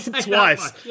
Twice